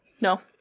No